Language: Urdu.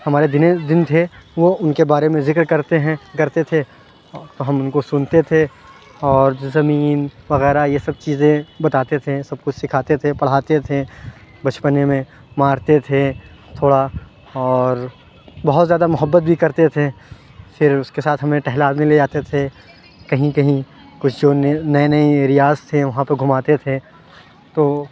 ہمارے دن تھے وہ ان کے بارے میں ذکر کرتے ہیں کرتے تھے تو ہم ان کو سنتے تھے اور زمین وغیرہ یہ سب چیزیں بتاتے تھے سب کچھ سکھاتے تھے پڑھاتے تھے بچپنے میں مارتے تھے تھوڑا اور بہت زیادہ محبت بھی کرتے تھے پھر اس کے ساتھ ہمیں ٹہلانے لے جاتے تھے کہیں کہیں کچھ جو نئے نئے ایریاز تھے وہاں پہ گھماتے تھے تو